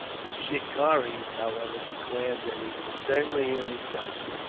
the shikaris, however, declared that he was certainly in the jungle.